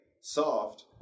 soft